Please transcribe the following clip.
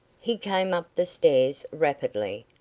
he came up the stairs rapidly,